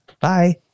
Bye